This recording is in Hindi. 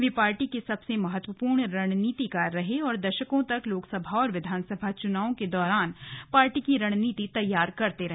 वे पार्टी के सबसे महत्वपूर्ण रणनीतिकार रहे और दशकों तक लोकसभा और विधानसभा चुनावों के दौरान पार्टी की रणनीति तैयार करते रहे